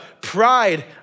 pride